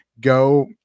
Go